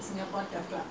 this is where I